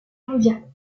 mondiale